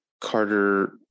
Carter